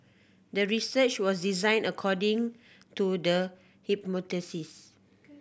the research was designed according to the hypothesis